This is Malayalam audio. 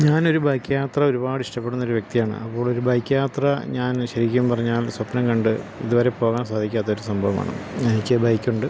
ഞാനൊരു ബൈക്ക് യാത്ര ഒരുപാട് ഇഷ്ടപ്പെടുന്നൊരു വ്യക്തിയാണ് അപ്പോളൊരു ബൈക്ക് യാത്ര ഞാൻ ശെരിക്കും പറഞ്ഞാൽ സ്വപ്നം കണ്ട് ഇതുവരെ പോകാൻ സാധിക്കാത്തൊരു സംഭവമാണ് എനിക്ക് ബൈക്കുണ്ട്